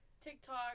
TikTok